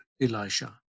Elisha